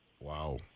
Wow